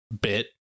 bit